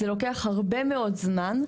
זה לוקח הרבה מאוד זמן,